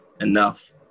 enough